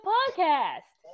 Podcast